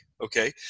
Okay